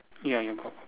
ya ya got